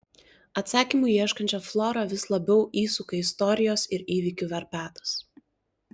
atsakymų ieškančią florą vis labiau įsuka istorijos ir įvykių verpetas